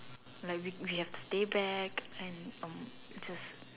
like we we have to stay back and um it's just